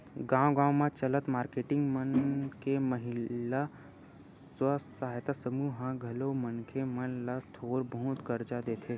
गाँव गाँव म चलत मारकेटिंग मन के महिला स्व सहायता समूह ह घलो मनखे मन ल थोर बहुत करजा देथे